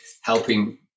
helping